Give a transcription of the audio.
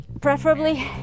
preferably